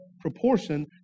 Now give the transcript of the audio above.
proportion